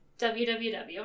www